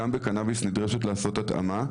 גם בקנביס נדרש לעשות התאמה.